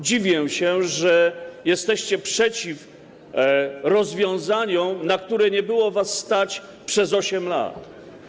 Dziwię się, że jesteście przeciw rozwiązaniom, na które nie było was stać przez 8 lat.